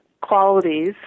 Qualities